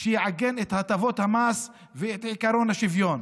שיעגן את הטבות המס ואת עקרון השוויון.